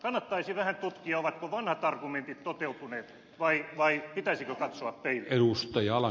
kannattaisi vähän tutkia ovatko vanhat argumentit toteutuneet vai pitäisikö katsoa peiliin